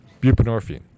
buprenorphine